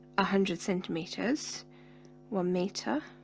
a hundred centimeters one meter